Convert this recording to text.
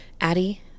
Addie